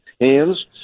hands